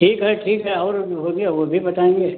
ठीक है ठीक है और जो होंगे वो भी बताएँगे